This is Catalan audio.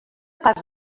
parts